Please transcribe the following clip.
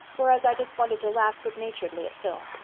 whereas i just wanted to laugh good-naturedly at phil.